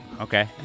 Okay